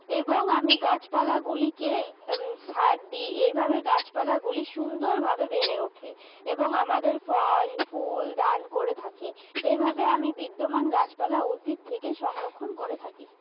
এবং আমি গাছপালাগুলিকে সার দিই এভাবে গাছপালাগুলি সুন্দরভাবে বেড়ে ওঠে এবং আমাদের ফল ফুল দান করে থাকে এভাবে আমি বিদ্যমান গাছপালা ও উদ্ভিদ থেকে সংরক্ষণ করে থাকি